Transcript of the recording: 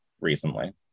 recently